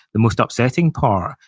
the most upsetting part,